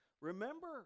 Remember